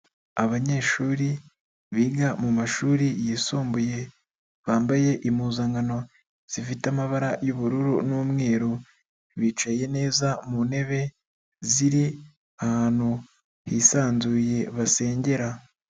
Abanyeshuri biga mu mashuri yisumbuye, bambaye impuzankano zifite amabara y'ubururu n'umweru, bicaye neza mu ntebe, ziri ahantu hisanzuye basengera.